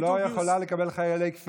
לא יכולה לקבל חיילי כפייה.